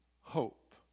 hope